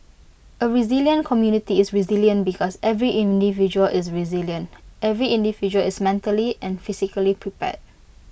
A resilient community is resilient because every individual is resilient every individual is mentally and physically prepared